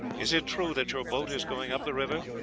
is it true that your boat is going up the river?